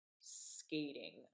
skating